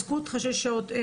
איפה אזקו אותך שש שעות?